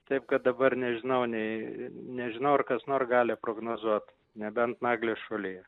taip kad dabar nežinau nei nežinau ar kas nor gali prognozuot nebent naglis šulija